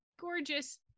gorgeous